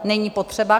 Není potřeba?